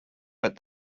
but